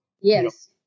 Yes